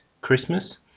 Christmas